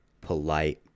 polite